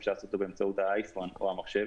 אפשר לעשות אותו באמצעות האייפון או המחשב,